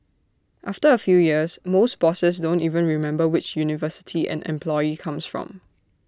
after A few years most bosses don't even remember which university an employee comes from